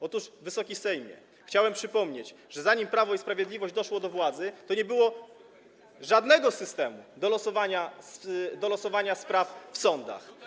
Otóż, Wysoki Sejmie, chciałem przypomnieć, że zanim Prawo i Sprawiedliwość doszło do władzy, to nie było żadnego systemu do losowania spraw w sądach.